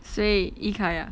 谁 yikai ah